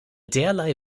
derlei